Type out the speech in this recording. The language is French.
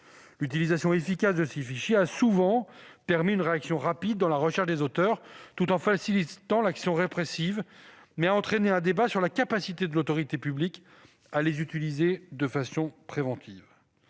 L'utilisation efficace de ces fichiers a souvent permis une réaction rapide dans la recherche des auteurs tout en facilitant l'action répressive, mais a entraîné un débat sur la capacité de l'autorité publique à les utiliser de façon préventive.